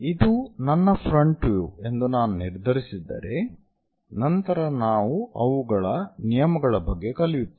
ಇದು ನನ್ನ front view ಎಂದು ನಾನು ನಿರ್ಧರಿಸಿದ್ದರೆ ನಂತರ ನಾವು ಅವುಗಳ ನಿಯಮಗಳ ಬಗ್ಗೆ ಕಲಿಯುತ್ತೇವೆ